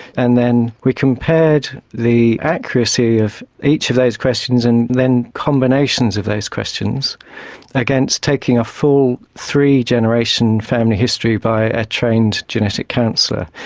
and then we compared the accuracy of each of those questions and then combinations of those questions against taking a full three-generation family history by a trained genetic counsellor.